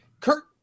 kurt